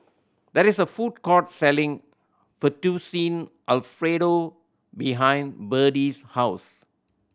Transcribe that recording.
there is a food court selling Fettuccine Alfredo behind Berdie's house